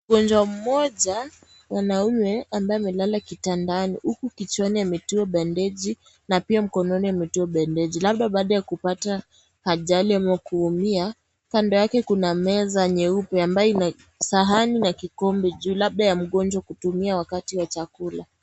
Mgonjwa mmoja mwanaume ambaye amelala kitandani huku kichwani ametiwa bandeji. na pia mkononi ametiwa bandeji labda baada ya kupata ajali ama kuumia. Kando yake kuna meza nyeupe ambayo ina sahani na kikombe juu labda ya mgonjwa kutumia wakati wa chakula.